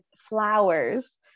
flowers